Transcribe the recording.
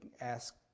ask